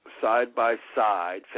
side-by-side